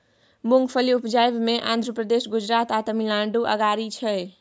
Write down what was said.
मूंगफली उपजाबइ मे आंध्र प्रदेश, गुजरात आ तमिलनाडु अगारी छै